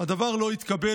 הדבר לא התקבל.